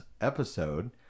episode